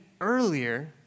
earlier